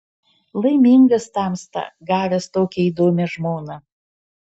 laimingas tamsta gavęs tokią įdomią žmoną